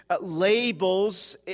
labels